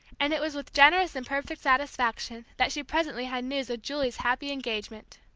and it was with generous and perfect satisfaction that she presently had news of julie's happy engagement.